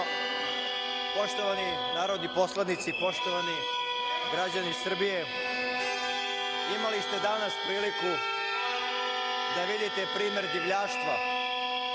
puno. Poštovani narodni poslanici, poštovani građani Srbije, imali ste danas priliku da vidite primer divljaštva